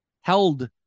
held